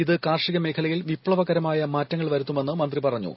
ഇത് കാർഷിക മേഖലയിൽ വിപ്ലവകരമായ മാറ്റങ്ങൾ വരുത്തുമെന്ന് മന്ത്രി പറഞ്ഞു